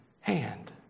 hand